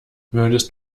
würdest